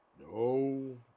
no